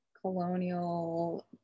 colonial